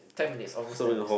ten minutes almost ten minutes